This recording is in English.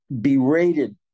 berated